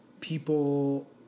people